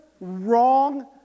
wrong